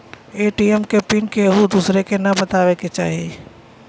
ATM के pin केहू दुसरे के न बताए के चाही